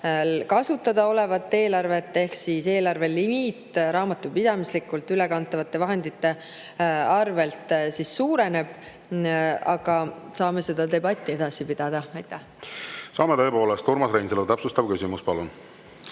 kasutada olevat eelarvet ehk siis eelarvelimiit raamatupidamislikult ülekantavate vahendite võrra suureneb. Aga saame seda debatti edasi pidada. Saame tõepoolest. Urmas Reinsalu, täpsustav küsimus, palun!